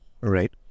Right